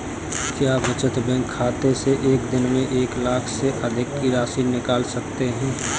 क्या बचत बैंक खाते से एक दिन में एक लाख से अधिक की राशि निकाल सकते हैं?